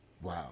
Wow